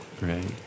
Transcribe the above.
Right